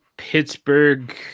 Pittsburgh